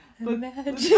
Imagine